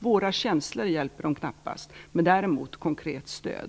Våra känslor hjälper den knappast, men däremot konkret stöd.